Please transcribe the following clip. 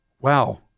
Wow